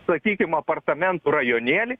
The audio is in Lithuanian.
sakykim apartamentų rajonėlį